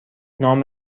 نام